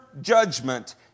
judgment